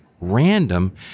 random